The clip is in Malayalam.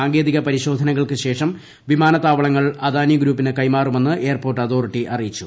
സാങ്കേതിക പരിശോധനകൾക്കുശേഷം വിമാനത്താവളങ്ങൾ അദാനി ഗ്രൂപ്പിന് കൈമാറുമെന്ന് എയർപോർട്ട് അതോറിറ്റി അറിയിച്ചു